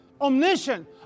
omniscient